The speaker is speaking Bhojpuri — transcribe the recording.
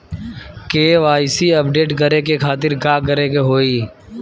के.वाइ.सी अपडेट करे के खातिर का करे के होई?